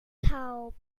taub